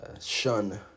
shun